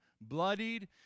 bloodied